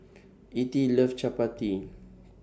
Ettie loves Chapati